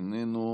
איננו,